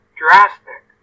drastic